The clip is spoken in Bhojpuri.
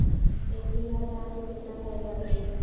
एक बीगहा धान में केतना डाई लागेला?